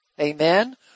Amen